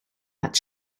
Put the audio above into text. but